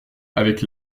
avec